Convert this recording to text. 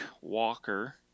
Walker